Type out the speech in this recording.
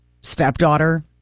stepdaughter